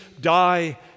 die